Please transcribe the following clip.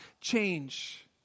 change